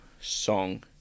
song